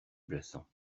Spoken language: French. blassans